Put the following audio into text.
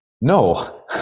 no